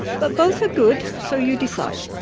but both are good so you decide.